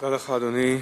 תודה לך, אדוני.